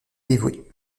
dévouée